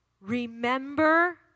remember